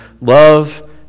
Love